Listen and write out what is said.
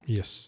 Yes